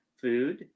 food